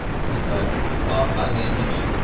i think i've bob baddeley and hitch.